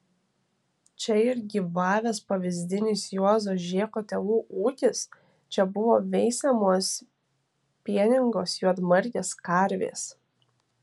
čia ir gyvavęs pavyzdinis juozo žėko tėvų ūkis čia buvo veisiamos pieningos juodmargės karvės